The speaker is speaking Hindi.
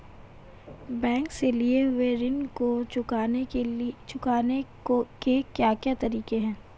बैंक से लिए हुए ऋण को चुकाने के क्या क्या तरीके हैं?